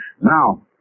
Now